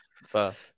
first